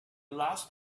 last